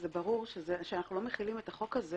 זה ברור שאנחנו לא מחילים את החוק הזה